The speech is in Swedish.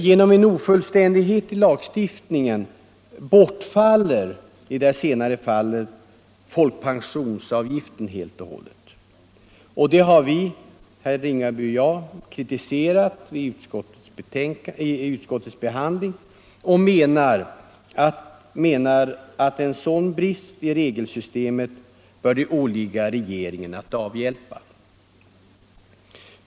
Genom en ofullständighet i lagstiftningen bortfaller i det senare fallet folkpensionsavgiften helt och hållet. Det har herr Ringaby och jag kritiserat i utskottsbehandlingen och menar att en sådan brist i regelsystemet bör det åligga regeringen att avhjälpa.